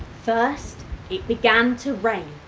first it began to rain.